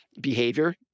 behavior